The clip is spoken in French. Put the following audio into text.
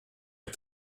est